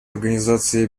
организацией